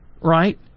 right